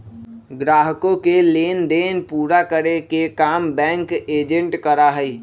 ग्राहकों के लेन देन पूरा करे के काम बैंक एजेंट करा हई